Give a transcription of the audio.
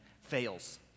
fails